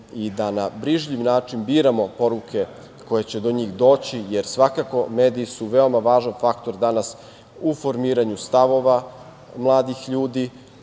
i da na brižljiv način biramo poruke koje će do njih doći, jer svakako da su mediji veoma važan faktor danas u formiranju stavova mladih ljudi,